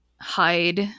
hide